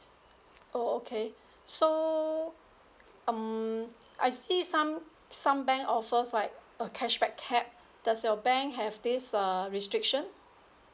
oh okay so um I see some some bank offers like a cashback cap does your bank have this err restriction